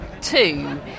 two